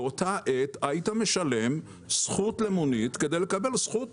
באותה עת היית משלם זכות למונית כדי לקבל זכות